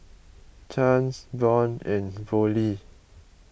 Chance Von and Volney